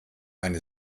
eine